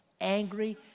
angry